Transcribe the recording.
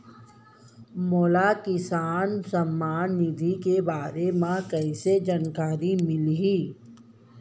मोला किसान सम्मान निधि के बारे म कइसे जानकारी मिलही?